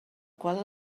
qual